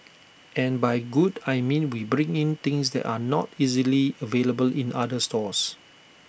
and by good I mean we bring in things that are not easily available in other stores